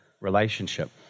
relationship